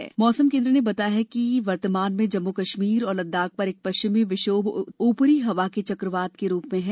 वरिष्ठ मौसम केन्द्र ने बताया कि वर्तमान में जम्मू कश्मीर और लद्दाख पर एक पश्चिमी विक्षोभ ऊपरी हवा के चक्रवात के रूप में है